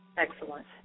excellent